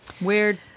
weird